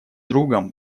другом